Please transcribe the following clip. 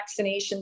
vaccinations